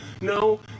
no